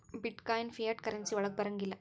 ಬಿಟ್ coin fiat currency ವಳಗ್ ಬರಂಗಿಲ್ಲಾ